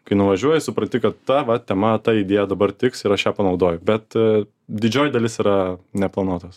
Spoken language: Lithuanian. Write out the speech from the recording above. kai nuvažiuoji supranti kad ta va tema ta idėja dabar tiks ir aš ją panaudoju bet didžioji dalis yra neplanuotos